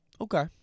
Okay